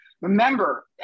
remember